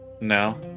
no